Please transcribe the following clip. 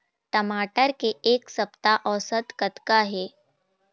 टमाटर के एक सप्ता औसत कतका हे?